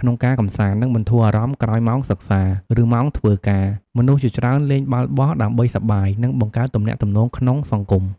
ក្នុងការកម្សាន្ត និងបន្ធូរអារម្មណ៍ក្រោយម៉ោងសិក្សា ឬម៉ោងធ្វើការ មនុស្សជាច្រើនលេងបាល់បោះដើម្បីសប្បាយ និងបង្កើតទំនាក់ទំនងសង្គម។